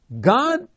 God